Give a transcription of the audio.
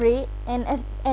~raid and as and